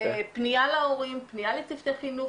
פנייה להורים, פנייה לצוותי חינוך.